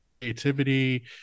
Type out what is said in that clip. creativity